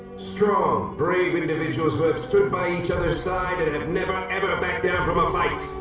strong, brave individuals who have stood by each other's side and have never, ever back down from a fight!